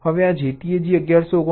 હવે આ JTAG 1149